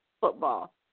football